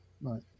Right